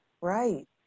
Right